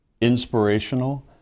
inspirational